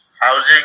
housing